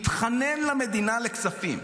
מתחנן למדינה לכספים.